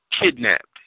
kidnapped